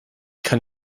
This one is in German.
kann